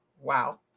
Wow